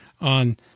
on